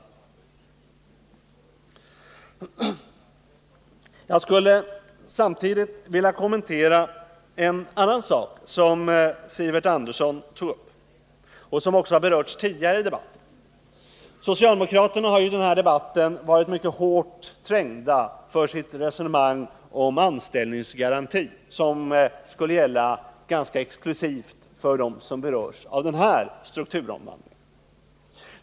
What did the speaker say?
Samtidigt skulle jag vilja kommentera en annan sak som Sivert Andersson tog upp och som också tidigare i debatten har berörts. Socialdemokraterna har ju i debatten varit mycket hårt trängda för sitt resonemang om anställningsgarantier, som skulle gälla ganska exklusivt för den som berörs av den här strukturomvandlingen.